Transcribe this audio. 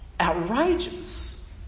outrageous